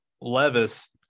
Levis